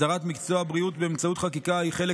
הסדרת מקצוע הבריאות באמצעות חקיקה היא חלק